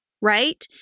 Right